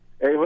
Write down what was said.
Hey